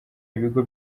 ibigo